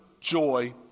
joy